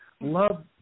Love